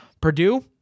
Purdue